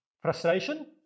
Frustration